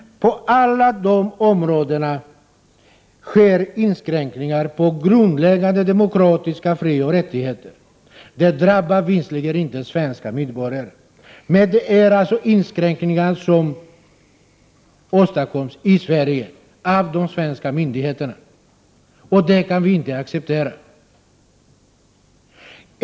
På alla de områdena sker inskränkningar av grundläggande demokratiska frioch rättigheter. Det drabbar visserligen inte svenska medborgare, men det är inskränkningar som åstadkoms i Sverige av de svenska myndigheterna. Det kan vi inte acceptera.